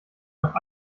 noch